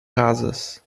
casas